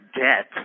debt